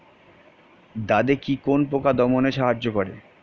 দাদেকি কোন পোকা দমনে সাহায্য করে?